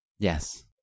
Yes